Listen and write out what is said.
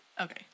Okay